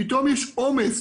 פתאום יש עומס